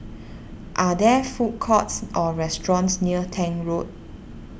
are there food courts or restaurants near Tank Road